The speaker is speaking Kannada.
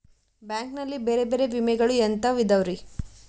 ಬ್ಯಾಂಕ್ ನಲ್ಲಿ ಬೇರೆ ಬೇರೆ ವಿಮೆಗಳು ಎಂತವ್ ಇದವ್ರಿ?